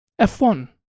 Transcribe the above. F1